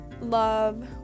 love